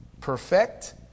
perfect